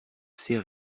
sais